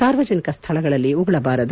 ಸಾರ್ವಜನಿಕ ಸ್ವಳಗಳಲ್ಲಿ ಉಗುಳಬಾರದು